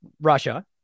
Russia